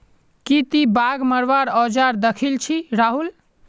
की ती बाघ मरवार औजार दखिल छि राहुल